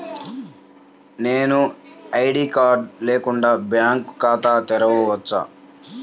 నేను ID card లేకుండా bank ఖాతా తెరవచ్చా?